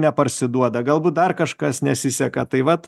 neparsiduoda galbūt dar kažkas nesiseka tai vat